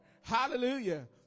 Hallelujah